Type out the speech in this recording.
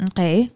Okay